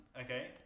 Okay